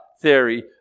theory